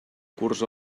curs